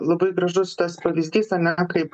labai gražus tas pavyzdys ane kaip